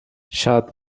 شاد